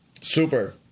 Super